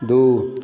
दू